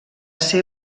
ser